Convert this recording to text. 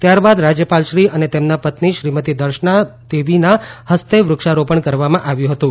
ત્યારબાદ રાજ્યપાલશ્રી અને તેમના પત્ની શ્રીમતી દર્શના દેવીના ફસ્તે વૃક્ષારોપણ પણ કરવામાં આવ્યું હતું